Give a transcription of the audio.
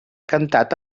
cantat